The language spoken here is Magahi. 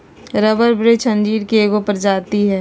रबर वृक्ष अंजीर के एगो प्रजाति हइ